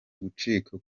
gucika